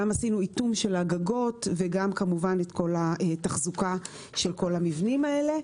גם עשינו איטום של הגגות וגם כמובן את כל התחזוקה של כל המבנים האלה.